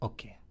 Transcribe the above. Okay